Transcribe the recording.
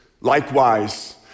likewise